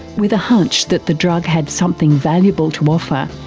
with a hunch that the drug had something valuable to offer,